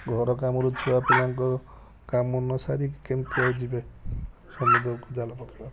ଘରକାମରୁ ଛୁଆ ପିଲାଙ୍କୁ କାମ ନସାରି କେମିତି ଆଉ ଯିବେ ସମୁଦ୍ରକୁ ଜାଲ ପକାଇବାକୁ